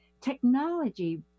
Technology